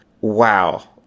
wow